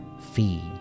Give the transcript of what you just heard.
fee